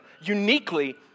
uniquely